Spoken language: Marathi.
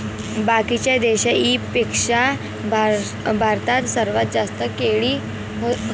बाकीच्या देशाइंपेक्षा भारतात सर्वात जास्त केळी व्हते